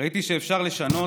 ראיתי שאפשר לשנות,